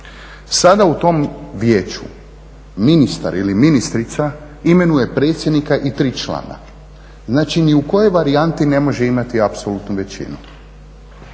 Sada u tom vijeću ministar ili ministrica imenuje predsjednika i 3 člana. Znači ni u kojoj varijanti ne može imati apsolutnu većinu